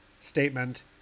Statement